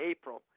April